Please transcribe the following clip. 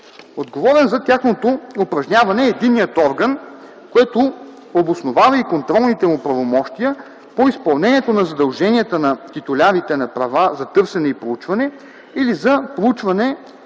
Отговорен за тяхното упражняване е единният орган, което обосновава и контролните му правомощия по изпълнението на задълженията на титулярите на права за търсене и проучване или за проучване и на